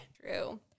True